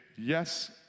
yes